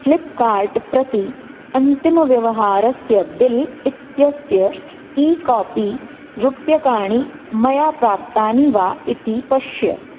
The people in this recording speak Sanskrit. फ़्लिप्कार्ट् प्रति अन्तिमव्यवहारस्य बिल् इत्यस्य ई कापी रूप्यकाणि मया प्राप्तानि वा इति पश्य